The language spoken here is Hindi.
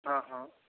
हाँ हाँ